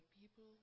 people